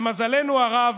למזלנו הרב,